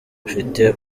mfite